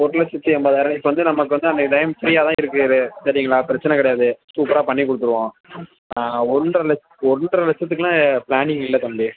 ஒரு லட்சத்தி ஐம்பதாயரம் இப்போ வந்து நமக்கு வந்து அந்த டைம் ஃப்ரீயா தான் இருக்குது சரிங்களா பிரச்சனைக் கிடையாது சூப்பராக பண்ணிக் கொடுத்துருவோம் ஆ ஒன்றரை லட் ஒன்றரை லட்சத்துக்குலாம் ப்ளானிங் இல்லை தம்பி